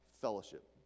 fellowship